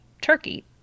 Turkey